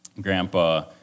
Grandpa